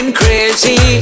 crazy